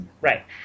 Right